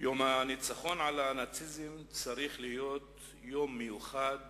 יום הניצחון על הנאציזם צריך להיות יום מיוחד